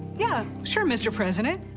yeah sure, mr. president.